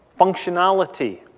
functionality